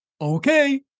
Okay